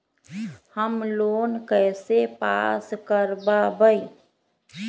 Home loan कैसे pass कर बाबई?